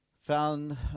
found